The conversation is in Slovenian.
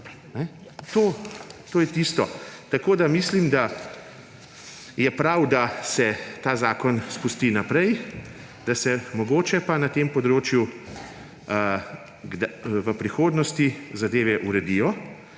To je tisto. Mislim, da je prav, da se ta zakon spusti naprej, da se mogoče pa na tem področju v prihodnosti zadeve uredijo